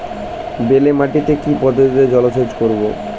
বেলে মাটিতে কি পদ্ধতিতে জলসেচ করব?